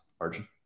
Arjun